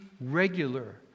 regular